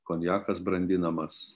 konjakas brandinamas